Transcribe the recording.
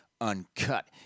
Uncut